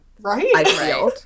right